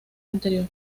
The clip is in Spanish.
anterior